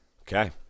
Okay